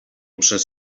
przez